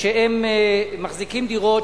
שמחזיקים דירות,